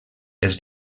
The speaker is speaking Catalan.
els